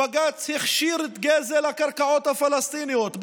בג"ץ הכשיר את גזל הקרקעות הפלסטיניות,